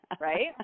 right